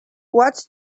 what’s